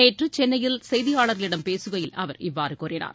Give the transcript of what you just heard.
நேற்று சென்னையில் செய்தியாளர்களிடம் பேசுகையில் அவர் இவ்வாறு கூறினார்